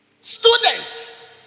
Students